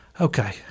Okay